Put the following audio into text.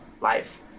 life